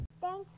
Thanks